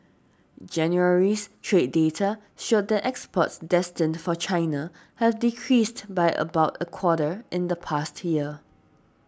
January's trade data showed that exports destined for China have decreased by about a quarter in the past year